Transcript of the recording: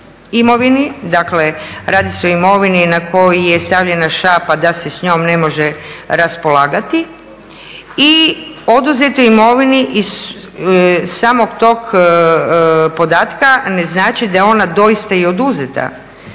imovini, dakle radi se o imovini na koju je stavljena šapa da se s njom ne može raspolagati i o oduzetoj imovini iz samog tog podatka ne znači da je ona doista i oduzeta